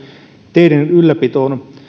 teiden ylläpitoon